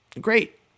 great